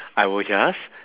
I will just